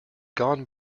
gone